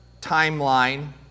timeline